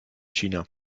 china